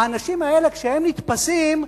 האנשים האלה כשהם נתפסים,